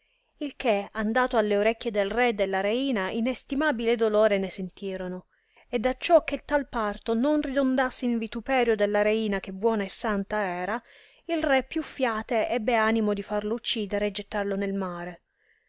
il che andato alle orecchie del re e della reina inestimabile dolore ne sentirono ed acciò che tal parto non ridondasse in vituperio della reina che buona e santa era il re più fiate ebbe animo di farlo uccidere e gettarlo nel mare